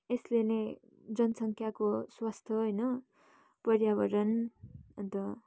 यसले नै जनसङ्ख्याको स्वास्थ्य होइन पर्यावरण अन्त